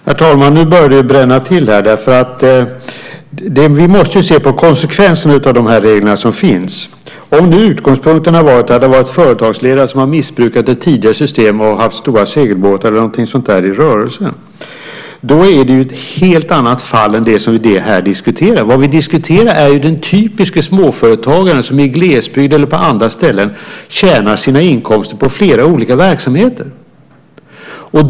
Herr talman! Nu börjar det bränna till. Vi måste se på konsekvenserna av de regler som finns. Om nu utgångspunkten var att de företagsledare som har missbrukat det tidigare systemet och har stora segelbåtar eller sådant i rörelsen är det ett helt annat fall än det som vi här diskuterar. Vad vi nu diskuterar är den typiske småföretagare som i glesbygd eller på andra ställen tjänar sina inkomster från flera olika verksamheter.